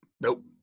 Nope